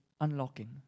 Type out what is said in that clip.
unlocking